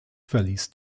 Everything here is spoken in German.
verließ